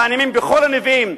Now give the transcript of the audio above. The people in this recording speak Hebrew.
מאמינים בכל הנביאים,